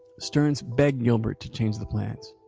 stearns begged gilbert to change the plans.